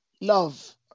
love